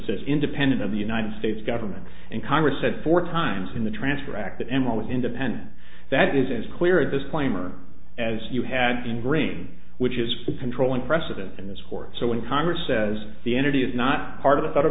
says independent of the united states government and congress said four times in the transfer act that emma was independent that is as clear a disclaimer as you had been green which is the controlling precedent in this court so when congress says the entity is not part of the federal